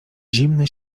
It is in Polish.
zimne